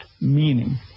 meaning